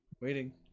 Waiting